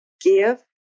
give